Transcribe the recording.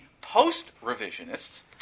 post-revisionists